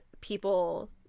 people